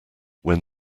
when